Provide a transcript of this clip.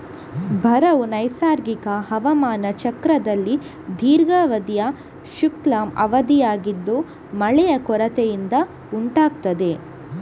ಬರವು ನೈಸರ್ಗಿಕ ಹವಾಮಾನ ಚಕ್ರದಲ್ಲಿ ದೀರ್ಘಾವಧಿಯ ಶುಷ್ಕ ಅವಧಿಯಾಗಿದ್ದು ಮಳೆಯ ಕೊರತೆಯಿಂದ ಉಂಟಾಗ್ತದೆ